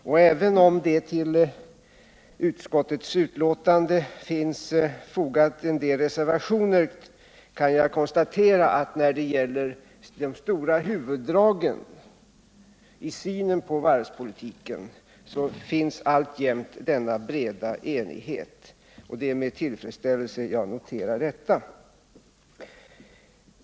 Och även om det till näringsutskottets betänkande finns fogade en del reservationer kan jag konstatera att när det gäller de stora huvuddragen i synen på varvspolitiken, finns alltjämt denna breda enighet. Det är med tillfredsställelse jag noterar detta.